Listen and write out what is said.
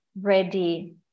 ready